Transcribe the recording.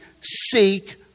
seek